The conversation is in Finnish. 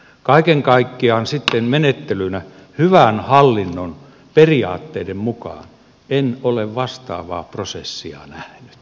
kaiken kaikkiaan sitten menettelynä hyvän hallinnon periaatteiden mukaan en ole vastaavaa prosessia nähnyt